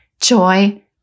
joy